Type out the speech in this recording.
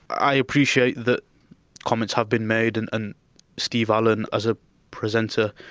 i appreciate that comments have been made and and steve allen, as a presenter,